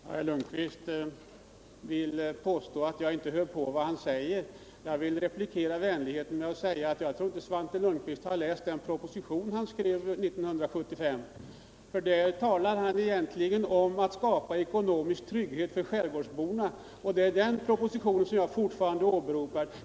Herr talman! Herr Lundkvist vill påstå att jag inte lyssnar på vad han säger. Jag vill returnera vänligheten med att säga att jag inte tror att Svante Lundkvist har läst den proposition han skrev 1975. Där talar han om att skapa ekonomisk trygghet för skärgårdsborna, och det är den propositionen som jag fortfarande åberopar.